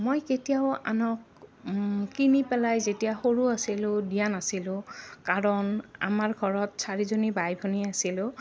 মই কেতিয়াও আনক কিনি পেলাই যেতিয়া সৰু আছিলোঁ দিয়া নাছিলোঁ কাৰণ আমাৰ ঘৰত চাৰিজনী বাই ভনী আছিলোঁ